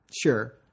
Sure